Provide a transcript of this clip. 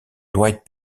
dwight